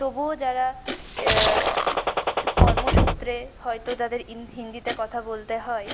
তবুও যারা কর্মসূত্রে হয়তো তাদের হিন্দিতে কথা বলতে হয়